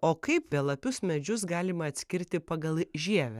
o kaip belapius medžius galima atskirti pagal žievę